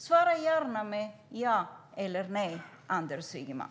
Svara gärna med ett ja eller nej, Anders Ygeman!